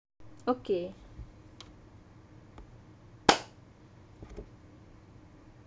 okay